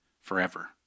forever